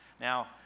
Now